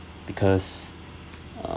because